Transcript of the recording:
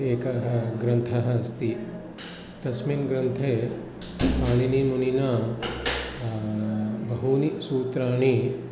एकः ग्रन्थः अस्ति तस्मिन् ग्रन्थे पाणिनीमुनिना बहूनि सूत्राणि